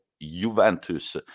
Juventus